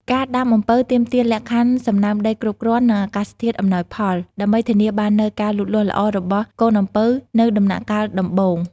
ការដាំអំពៅទាមទារលក្ខខណ្ឌសំណើមដីគ្រប់គ្រាន់ និងអាកាសធាតុអំណោយផល ដើម្បីធានាបាននូវការលូតលាស់ល្អរបស់កូនអំពៅនៅដំណាក់កាលដំបូង។